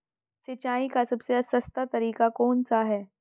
सिंचाई का सबसे सस्ता तरीका कौन सा है?